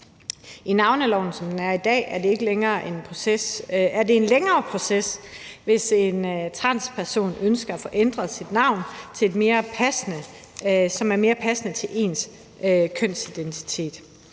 I navneloven, som den er i dag, er det en længere proces, hvis en transperson ønsker at få ændret sit navn, så det er mere passende til ens kønsidentitet.